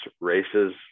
races